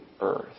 earth